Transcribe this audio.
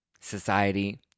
society